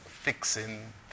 fixing